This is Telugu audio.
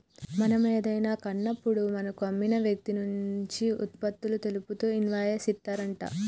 మనం ఏదైనా కాన్నప్పుడు మనకు అమ్మిన వ్యక్తి నుంచి ఉత్పత్తులు తెలుపుతూ ఇన్వాయిస్ ఇత్తారంట